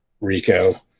Rico